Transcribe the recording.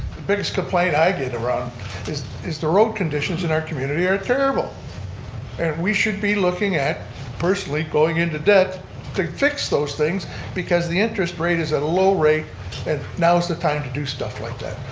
the biggest complaint i get around is is the road conditions in our community are terrible and we should be looking at personally going in to debt to fix those things because the interest rate is a low rate and now is the time to do stuff like that.